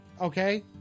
Okay